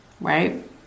right